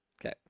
Okay